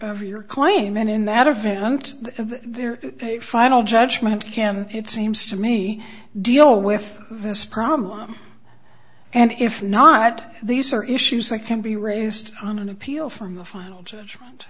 of your claim in that event of their final judgment can it seems to me deal with this problem and if not these are issues that can be raised on an appeal from a final judgment